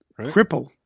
Cripple